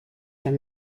from